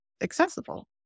accessible